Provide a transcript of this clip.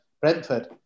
Brentford